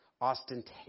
ostentatious